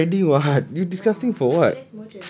I'm the one riding [what] you disgusting for what